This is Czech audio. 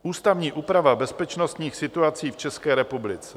Ústavní úprava bezpečnostních situací v České republice.